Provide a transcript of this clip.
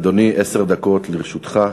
אדוני, עשר דקות לרשותך.